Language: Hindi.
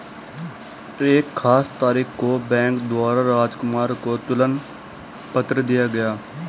एक खास तारीख को बैंक द्वारा राजकुमार को तुलन पत्र दिया गया